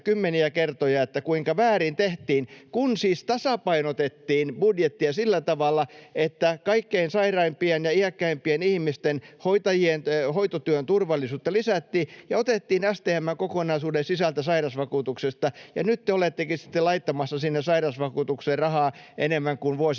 kymmeniä kertoja, kuinka väärin tehtiin, kun siis tasapainotettiin budjettia sillä tavalla, että kaikkein sairaimpien ja iäkkäimpien ihmisten hoitotyön turvallisuutta lisättiin ja otettiin STM:n kokonaisuuden sisältä sairausvakuutuksesta. Ja nyt te olettekin sitten laittamassa sinne sairausvakuutukseen rahaa enemmän kuin vuosikymmeniin